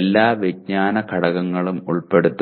എല്ലാ വിജ്ഞാന ഘടകങ്ങളും ഉൾപ്പെടുത്തുക